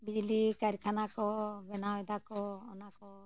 ᱵᱤᱡᱽᱞᱤ ᱠᱟᱨᱤᱠᱷᱟᱱᱟ ᱠᱚ ᱵᱮᱱᱟᱣ ᱮᱫᱟ ᱠᱚ ᱚᱱᱟᱠᱚ